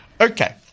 Okay